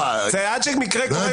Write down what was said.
עד שקורה מקרה כל כך נדיר.